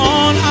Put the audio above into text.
on